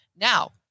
now